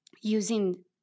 using